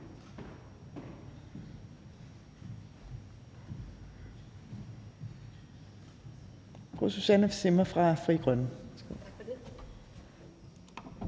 Tak